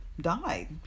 died